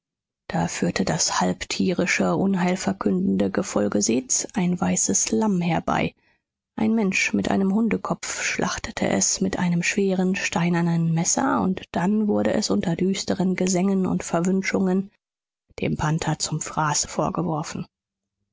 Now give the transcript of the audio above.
da führte das halb tierische unheilverkündende gefolge seths ein weißes lamm herbei ein mensch mit einem hundekopfe schlachtete es mit einem schweren steinernen messer und dann wurde es unter düsteren gesängen und verwünschungen dem panther zum fraße vorgeworfen